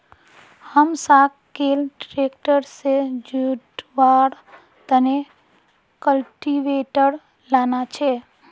हमसाक कैल ट्रैक्टर से जोड़वार तने कल्टीवेटर लाना छे